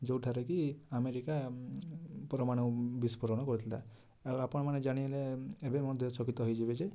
ଯେଉଁଠାରେ କି ଆମେରିକା ପରମାଣୁ ବିସ୍ପୋରଣ କରିଥିଲା ଆଉ ଆପଣମାନେ ଜାଣିଲେ ଏବେ ମଧ୍ୟ ଚକିତ ହେଇଯିବେ ଯେ